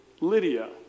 Lydia